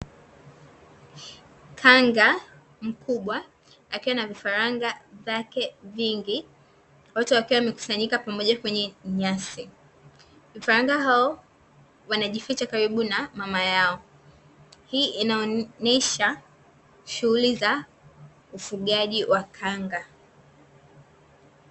Kanga mkubwa akiwa na vifaranga vyake vingi, wote wakiwa wamekusanyika pamoja kwenye nyasi. Vifaranga hao wanajificha karibu na mama yao. Hii inaonesha shughuli za ufugaji wa kanga.